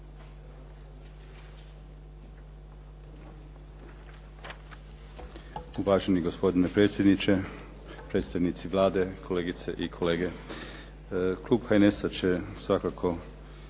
Uvaženi gospodine predsjedniče, predstavnici Vlade, kolegice i kolege. Klub HNS-a će svakako